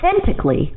authentically